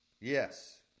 Yes